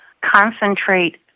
Concentrate